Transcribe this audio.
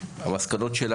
המשותפות,